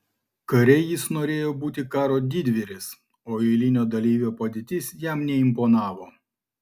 kare jis norėjo būti karo didvyris o eilinio dalyvio padėtis jam neimponavo